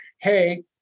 Hey